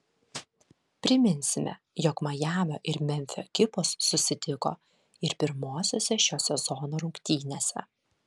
priminsime jog majamio ir memfio ekipos susitiko ir pirmosiose šio sezono rungtynėse